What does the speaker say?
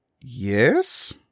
Yes